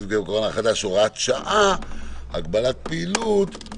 עם נגיף הקורונה החדש (הוראת שעה) (הגבלת פעילות )